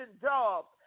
jobs